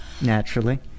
naturally